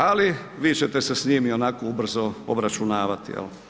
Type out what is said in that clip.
Ali vi ćete se s njim i onako ubrzo obračunavati.